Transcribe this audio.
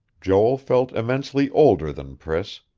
joel felt immensely older than priss.